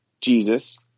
Jesus